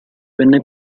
venne